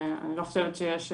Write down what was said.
אני לא חושבת שיש מניעה,